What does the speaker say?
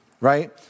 right